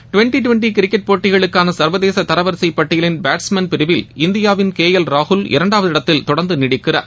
twenty twenty cricket போட்டிகளுக்கான சர்வதேச தரவரிசை பட்டியலின் பேட்ஸ்மேன் பிரிவில் இந்தியாவின் கே எல் ராகுல் இரண்டாவது இடத்தில் தொடர்ந்து நீடிக்கிறார்